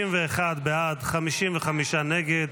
61, בעד, 55, נגד.